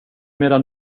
medan